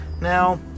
Now